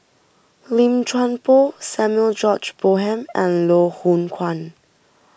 Lim Chuan Poh Samuel George Bonham and Loh Hoong Kwan